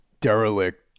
derelict